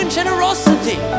generosity